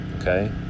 okay